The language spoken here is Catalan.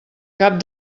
cap